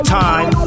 time